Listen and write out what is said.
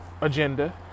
agenda